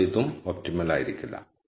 അതിനാൽ ഇതും ഒപ്റ്റിമൽ ആയിരിക്കില്ല